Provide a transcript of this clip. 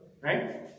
Right